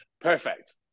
perfect